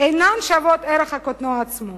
אינן שוות ערך לקטנוע עצמו.